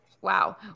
Wow